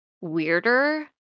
weirder